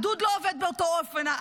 הגדוד לא עובד באותו אופן,